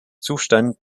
zustand